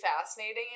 fascinating